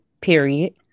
period